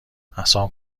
عصام